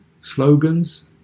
slogans